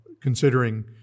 considering